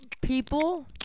people